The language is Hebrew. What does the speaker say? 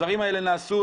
הדברים האלה נעשו.